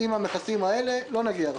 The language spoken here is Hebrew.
עם המכסים האלה לא נגיע רחוק.